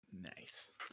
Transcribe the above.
Nice